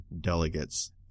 delegates